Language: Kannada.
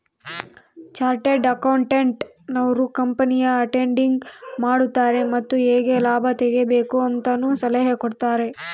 ಚಾರ್ಟೆಡ್ ಅಕೌಂಟೆಂಟ್ ನವರು ಕಂಪನಿಯ ಆಡಿಟಿಂಗ್ ಮಾಡುತಾರೆ ಮತ್ತು ಹೇಗೆ ಲಾಭ ತೆಗಿಬೇಕು ಅಂತನು ಸಲಹೆ ಕೊಡುತಾರೆ